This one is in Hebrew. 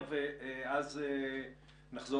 ראש.